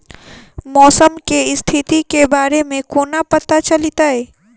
मौसम केँ स्थिति केँ बारे मे कोना पत्ता चलितै?